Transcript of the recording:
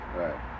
right